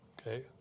Okay